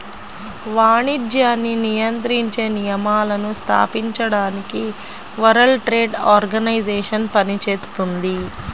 వాణిజ్యాన్ని నియంత్రించే నియమాలను స్థాపించడానికి వరల్డ్ ట్రేడ్ ఆర్గనైజేషన్ పనిచేత్తుంది